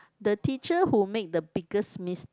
the teacher who make the biggest mis~